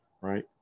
right